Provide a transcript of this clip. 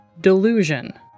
delusion